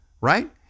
Right